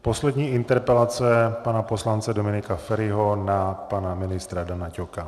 Poslední interpelace pana poslance Dominika Feriho na pana ministra Dana Ťoka.